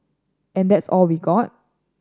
and that's was all we got